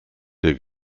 der